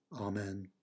Amen